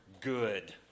good